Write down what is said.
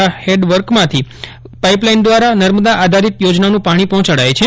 ના હેડવર્કમાંથી પાઈપલાઈન દ્વારા નર્મદા આધારિત ચોજનાનું પાણી પફોંચાડાય છે